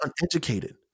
uneducated